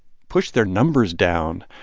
push their numbers down,